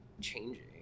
changing